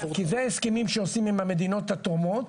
כי זה הסכמים שעושים עם המדינות התורמות.